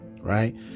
Right